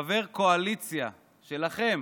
חבר קואליציה שלכם